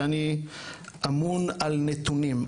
ואני אמון על נתונים.